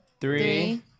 Three